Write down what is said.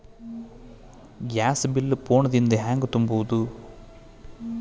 Gas bill phone ದಿಂದ ಹ್ಯಾಂಗ ತುಂಬುವುದು?